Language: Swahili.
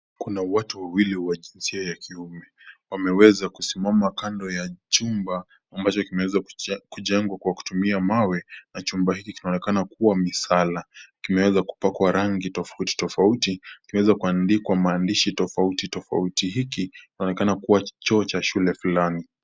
Kuna watu wawili wa jinsia ya kiume. Wameweza kusimama kando ya chumba ambacho kinaweza kujengwa kwa kutumia mawa na chumba hiki kinaonekana kuwa misala. Kimeweza kupakwa rangi tofautitofauti ikiweza kuandikwa maandishi tofautitofauti. Hiki kinaonekana kuwa choo cha shule fulani.